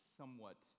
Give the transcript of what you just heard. somewhat